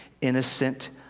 innocent